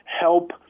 help